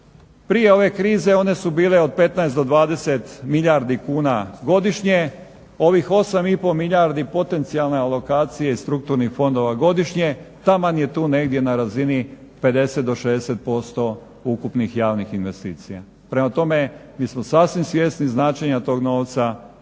Prije ove krize one su bile od 15 do 20 milijardi kuna godišnje. Ovih 8,5 milijardi potencijalne alokacije strukturnih fondova godišnje taman je tu negdje na razini 50 do 60% ukupnih javnih investicija. Prema tome, mi smo sasvim svjesni značenja tog novca.